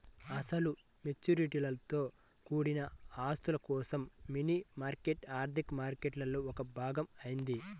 అసలు మెచ్యూరిటీలతో కూడిన ఆస్తుల కోసం మనీ మార్కెట్ ఆర్థిక మార్కెట్లో ఒక భాగం అయింది